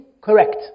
correct